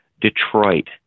Detroit